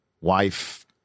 Wife